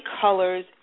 colors